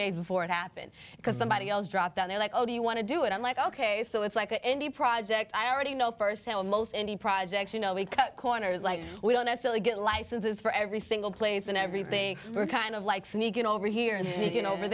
days before it happened because somebody else dropped that they're like oh do you want to do it i'm like ok so it's like any project i already know first hand almost any projects you know we cut corners like we don't necessarily get licenses for every single place and everything we're kind of like sneaking over here